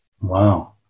Wow